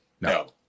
No